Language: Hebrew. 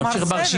הוא קבע סדר.